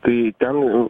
tai ten